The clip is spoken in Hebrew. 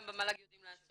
גם המל"ג יודע לעשות.